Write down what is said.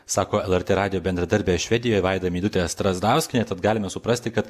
sako lrt radijo bendradarbė švedijoj vaida meidutė strazdauskienė tad galima suprasti kad